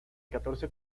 catorce